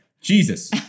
Jesus